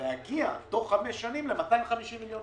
להגיע בתוך חמש שנים ל-250 מיליון.